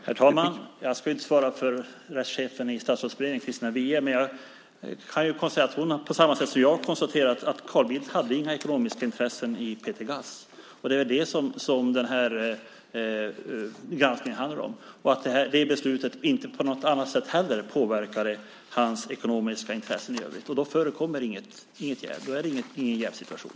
Herr talman! Jag ska inte svara för rättschefen i Statsrådsberedningen, Christina Weihe, men jag kan konstatera att hon på samma sätt som jag har konstaterat att Carl Bildt inte hade några ekonomiska intressen i Peter Gaz. Det är väl det som den här granskningen handlar om. Det beslutet påverkade inte heller på något annat sätt hans ekonomiska intressen i övrigt. Då förekommer inget jäv. Då är det ingen jävssituation.